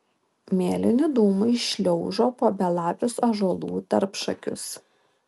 mėlyni dūmai šliaužo po belapius ąžuolų tarpšakius